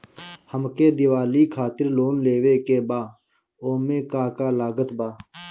हमके दिवाली खातिर लोन लेवे के बा ओमे का का लागत बा?